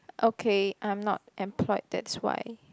okay I'm not employed that's why